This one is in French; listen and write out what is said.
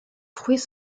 fruits